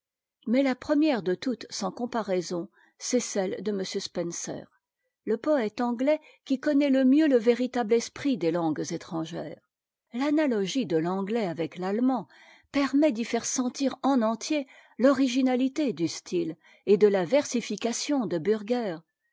mais a première de toutes sans comparaison c'est cell e de m spencer le poète anglais qui connaît le mieux le véritable esprit des langues étrangères l'analogie de l'anglais avec l'allemand permet d'y faire sentir en entier l'originalité du style et de la yersication de bürger